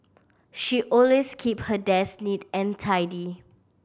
she always keep her desk neat and tidy